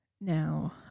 Now